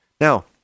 Now